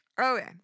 Okay